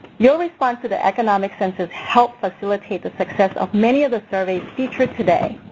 your response to the economic census helps facilitate the success of many of the surveys featured today.